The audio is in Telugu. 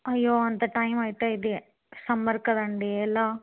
అయ్యో అంత టైం అయితే ఇది సమ్మర్ కదండి ఎలా